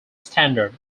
standard